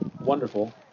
wonderful